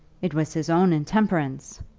it was his own intemperance!